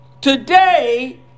today